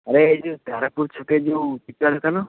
ଆରେ ଏ ଯୋଉ ତାରାପୁର ଛକରେ ଯୋଉ ପିତା ଦୋକାନ